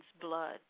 blood